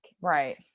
Right